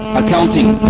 accounting